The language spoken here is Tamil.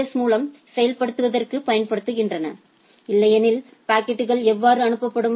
எஸ் மூலம் செயல்படுத்துவதற்குப் பயன்படுத்தப்படுகின்றன இல்லையெனில் பாக்கெட்கள் எவ்வாறு அனுப்பப்படும்